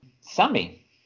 Sammy